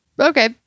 Okay